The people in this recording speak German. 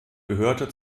gehörte